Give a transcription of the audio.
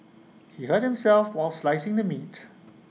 he hurt himself while slicing the meat